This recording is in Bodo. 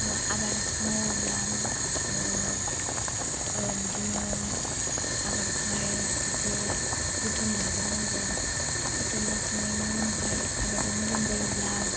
ओह आबाद मावोब्ला ओह ओह बिदिनो आबादखौहाय एसे जोथोन लागोरनांगौ जोथोन लाखांनायनि उनावहाय आबादा मोजां जायोब्ला